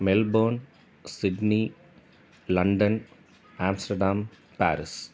Melbourne Sydney London அப்ஸிடன் Paris